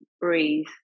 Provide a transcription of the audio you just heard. breathe